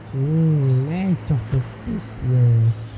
mm manage all the business